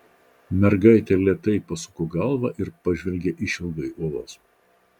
mergaitė lėtai pasuko galvą ir pažvelgė išilgai uolos